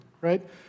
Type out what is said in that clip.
right